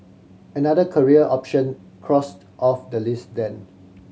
another career option crossed off the list then